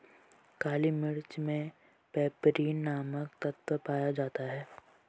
काली मिर्च मे पैपरीन नामक तत्व पाया जाता है